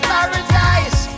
Paradise